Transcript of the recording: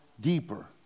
deeper